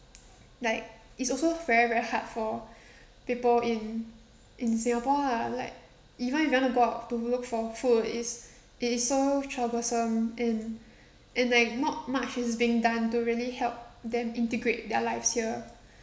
like it's also very very hard for people in in singapore lah like even if you want to go out to look for food it's it is so troublesome and and like not much is being done to really help them integrate their lives here